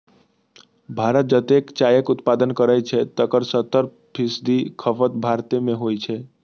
भारत जतेक चायक उत्पादन करै छै, तकर सत्तर फीसदी खपत भारते मे होइ छै